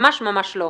ממש לא.